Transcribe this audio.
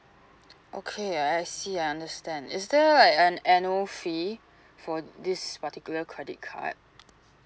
okay I see I understand is there like an annual fee for this particular credit card